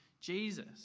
Jesus